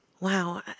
Wow